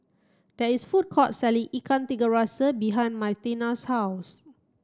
there is food court selling Ikan Tiga Rasa behind Martina's house